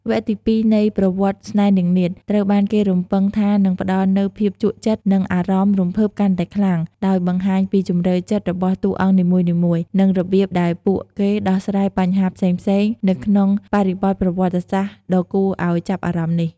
វគ្គទី២នៃ "ប្រវត្តិស្នេហ៍នាងនាថ" ត្រូវបានគេរំពឹងថានឹងផ្តល់នូវភាពជក់ចិត្ត និងអារម្មណ៍រំភើបកាន់តែខ្លាំង ដោយបង្ហាញពីជម្រៅចិត្តរបស់តួអង្គនីមួយៗ និងរបៀបដែលពួកគេដោះស្រាយបញ្ហាផ្សេងៗនៅក្នុងបរិបទប្រវត្តិសាស្ត្រដ៏គួរឱ្យចាប់អារម្មណ៍នេះ។